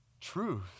truth